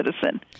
citizen